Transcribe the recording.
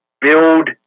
Build